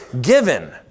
given